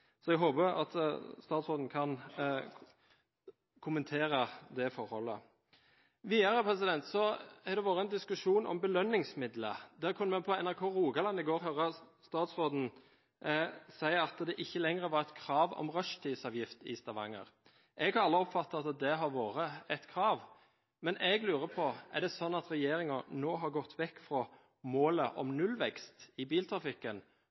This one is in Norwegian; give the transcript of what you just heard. Jeg håper at statsråden kan kommentere det forholdet. Videre har det vært en diskusjon om belønningsmidler. Vi kunne på NRK Rogaland i går høre statsråden si at det ikke lenger var et krav om rushtidsavgift i Stavanger. Jeg har aldri oppfattet at det har vært et krav. Men jeg lurer på: Er det sånn at regjeringen nå har gått vekk fra målet om nullvekst i biltrafikken